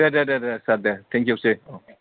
दे दे दे सार दे थेंकइउसै